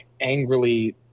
angrily